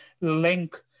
link